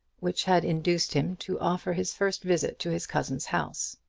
which had induced him to offer his first visit to his cousin's house.